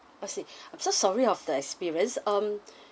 I see I'm so sorry of the experience um